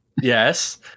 Yes